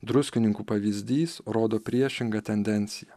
druskininkų pavyzdys rodo priešingą tendenciją